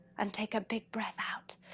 and take a big breath out!